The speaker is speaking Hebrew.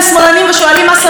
אבל הם אלה שמזהירים,